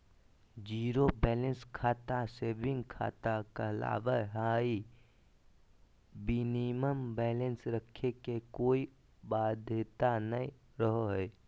zero balance खाता saving खाता कहलावय हय मिनिमम बैलेंस रखे के कोय बाध्यता नय रहो हय